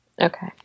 Okay